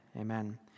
Amen